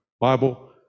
Bible